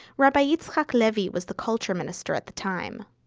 rabbi yitzhak levy was the culture minister at the time.